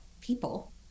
people